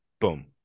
Boom